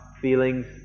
feelings